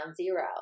zero